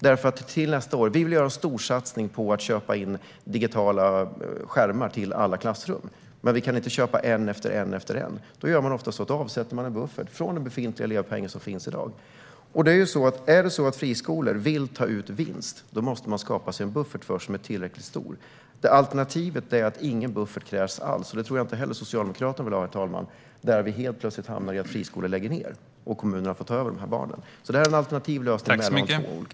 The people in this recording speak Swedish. Vill man till exempel göra en storsatsning på att köpa in digitala skärmar till alla klassrum men inte kan köpa en efter en gör man ofta så att man avsätter en buffert från den offentliga elevpeng som finns i dag. Är det så att friskolor vill ta ut vinst måste man först skaffa sig en buffert som är tillräckligt stor. Alternativet är att ingen buffert alls krävs, och så tror jag inte att Socialdemokraterna vill ha det heller, herr talman. Helt plötsligt kan vi då hamna i läget att friskolor lägger ned och kommunerna får ta över barnen. Det här är alltså en alternativ lösning mellan de två.